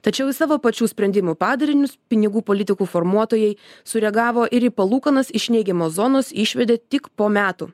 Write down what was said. tačiau į savo pačių sprendimų padarinius pinigų politikų formuotojai sureagavo ir į palūkanas iš neigiamos zonos išvedė tik po metų